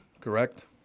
correct